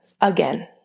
again